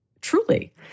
truly